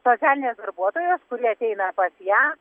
socialinės darbuotojos kuri ateina pas ją